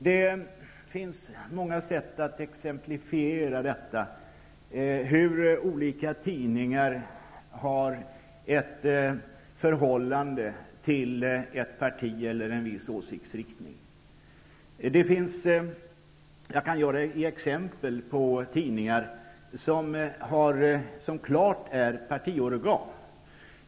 Det finns många sätt att exemplifiera hur olika tidningar har ett förhållande till ett parti eller en viss åsiktsriktning. Jag kan ge exempel på tidningar som klart är partiorgan.